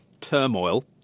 turmoil